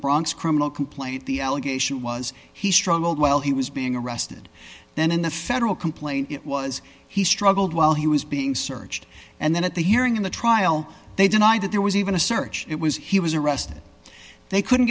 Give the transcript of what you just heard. bronx criminal complaint the allegation was he struggled while he was being arrested then in the federal complaint it was he struggled while he was being searched and then at the year in the trial they denied that there was even a search it was he was arrested they couldn't